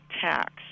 tax